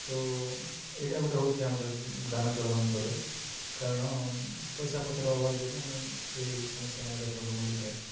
ତ ଏଟା ଗୋଟେ ହେଉଛି ଆମର ଗ୍ରାମାଞ୍ଚଳ ମାନଙ୍କରେ କାରଣ ପଇସାପତ୍ର ଅଭାବ ଯୋଗୁଁ ଏ ସମସ୍ୟା ମାନ ଦେଖିବାକୁ ମିଳିଥାଏ